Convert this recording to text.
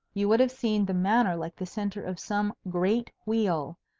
you would have seen the manor like the centre of some great wheel,